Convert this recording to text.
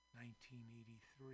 1983